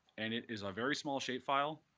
and it is a very small shapefile.